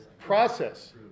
process